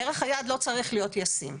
ערך היעד לא צריך להיות ישים.